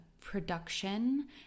production